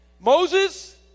Moses